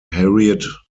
harriet